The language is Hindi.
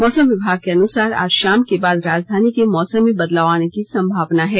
मौसम विभाग के अनुसार आज शाम के बाद राजधानी के मौसम में बदलाव आने की संभावना है